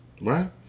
right